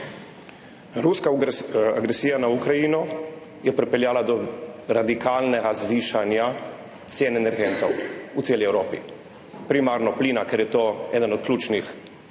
Ruska agresija na Ukrajino je pripeljala do radikalnega zvišanja cene energentov v celi Evropi, primarno plina, ker je to eden od ključnih